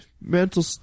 mental